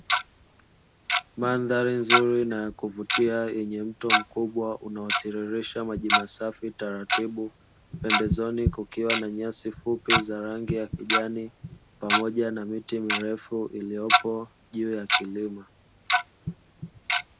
Mandhari nzuri na ya kuvutia yenye mto mkubwa inayotiririsha maji safi taratibu, pembeni kukiwa na nyasi fupi za rangi ya kijani pamoja na miti mirefu iliyopo juu ya kilima.